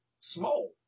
small